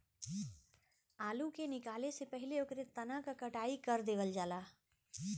आलू के निकाले से पहिले ओकरे तना क कटाई कर देवल जाला